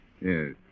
Yes